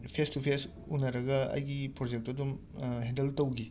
face to face ꯎꯅꯔꯒ ꯑꯩꯒꯤ ꯄꯣꯔꯖꯦꯛꯇꯣꯗꯨꯝ ꯍꯦꯟꯗꯜ ꯇꯧꯈꯤ